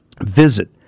Visit